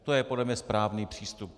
To je podle mě správný přístup.